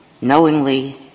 Knowingly